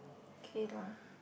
okay lah